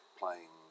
playing